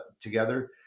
together